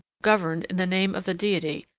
governed, in the name of the deity,